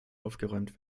aufgeräumt